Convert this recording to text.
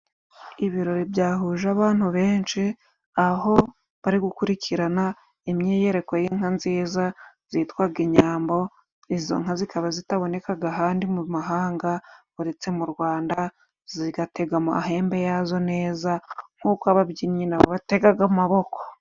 Ibirori byahuje abantu benshi aho bari gukurikirana imyiyereko y'inka nziza zitwaga inyambo izo nka zikaba zitabonekaga ahandi mu mahanga uretse mu Rwanda zigatega amahembe yazo neza nk'uko ababyinnyi na bo bategaga amaboko.